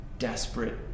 desperate